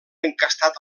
encastat